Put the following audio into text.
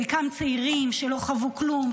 חלקם צעירים שלא חוו כלום,